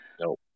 Nope